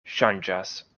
ŝanĝas